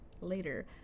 later